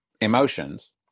emotions